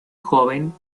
joven